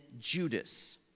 Judas